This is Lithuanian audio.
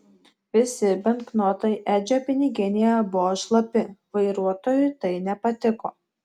visi banknotai edžio piniginėje buvo šlapi vairuotojui tai nepatiko